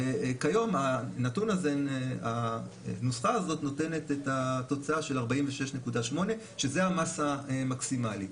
כיום הנוסחה הזאת נותנת את התוצאה של 46.8% שזה המסה המקסימלית.